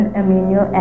amino